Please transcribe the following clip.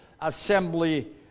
assembly